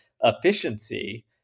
efficiency